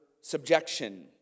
subjection